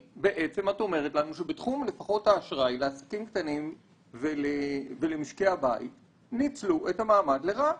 אמרת לנו שבתחום האשראי לעסקים קטנים ומשקי הבית ניצלו את המעמד לרעה